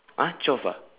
!huh! twelve ah